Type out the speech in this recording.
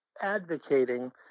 advocating